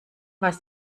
was